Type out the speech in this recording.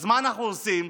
אז מה אנחנו עושים?